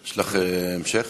יש לך שאלת המשך?